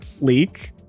leak